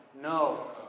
No